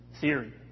theory